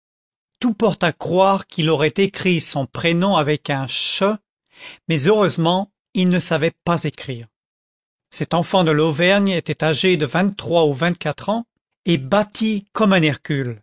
tout porte à croire qu'il aurait écrit son prénom par un ch mais heureusement il ne savait pas écrire cet enfant de l'auvergne était âgé de vingt-trois ou vinet quatre ans et content from google book search generated at bâti comme un